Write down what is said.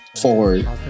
forward